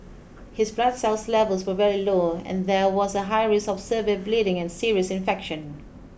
his blood cell's levels were very low and there was a high risk of severe bleeding and serious infection